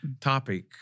topic